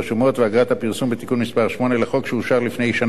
בתיקון מס' 8 לחוק שאושר בכנסת לפני שנה וחצי לערך.